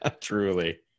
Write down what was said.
Truly